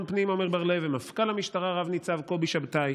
פנים עמר בר לב ומפכ"ל המשטרה רב-ניצב קובי שבתאי.